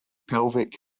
pelvic